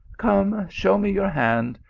come, show me your hand,